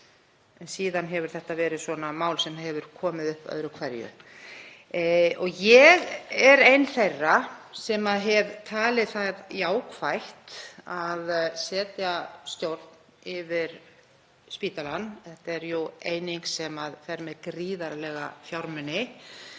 Síðan hefur þetta verið mál sem hefur komið upp öðru hverju. Ég er ein þeirra sem hafa talið það jákvætt að setja stjórn yfir spítalann. Þetta er jú eining sem fer með gríðarlega fjármuni,